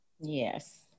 Yes